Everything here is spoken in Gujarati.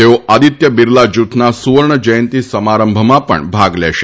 તેઓ આદિત્ય બીરલા જૂથના સુવર્ણ જયંતિ સમારંભમાં પણ ભાગ લેશે